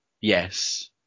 yes